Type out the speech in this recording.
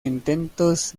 intentos